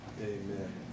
Amen